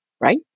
right